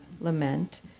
lament